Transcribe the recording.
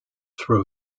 throw